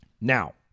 Now